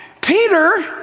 Peter